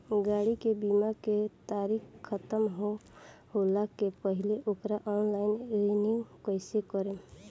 गाड़ी के बीमा के तारीक ख़तम होला के पहिले ओके ऑनलाइन रिन्यू कईसे करेम?